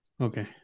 Okay